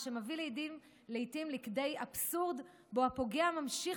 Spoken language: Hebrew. מה שמביא לעיתים לכדי האבסורד שהפוגע ממשיך